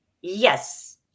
Yes